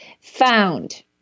found